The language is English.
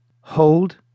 Hold